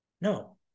No